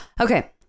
Okay